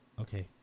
okay